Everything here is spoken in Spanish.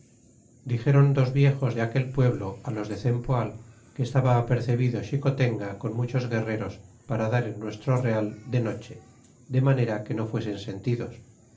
dixéron dos viejos de aquel pueblo á los de cempoal que estaba apercebido xicotenga con muchos guerreros para dar en nuestro real de noche de manera que no fuesen sentidos